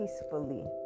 peacefully